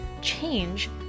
change